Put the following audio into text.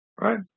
Right